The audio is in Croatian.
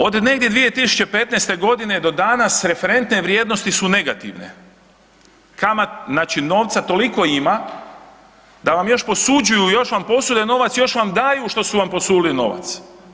Od negdje 2015. g. do danas referentne vrijednosti su negativne. .../nerazumljivo/... znači novca toliko ima da vam još posuđuju, još vas posude novac, još vam daju što su vam posudili novac.